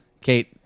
Kate